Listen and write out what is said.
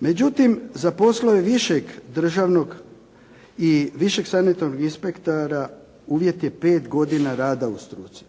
Međutim, za poslove višeg državnog i višeg sanitarnog inspektora uvjet je 5 godina rada u struci.